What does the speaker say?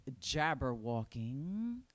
Jabberwalking